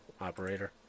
operator